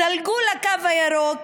זלגו לקו הירוק,